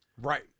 Right